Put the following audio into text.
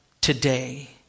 today